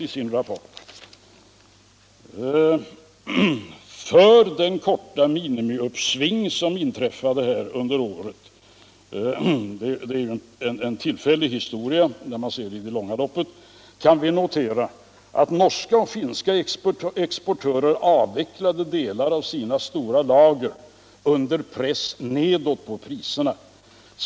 — säger.i sin rapport: ”Från det korta miniuppsving som inträffade kring årsskittet kan vi notera att bl.a. norska och finska exportörer avvecklade delar av sina stora lager under press nedåt på priserna.